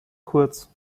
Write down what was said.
kurz